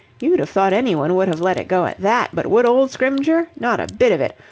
you'd have thought anyone would have let it go at that, but would old scrymgeour? not a bit of it!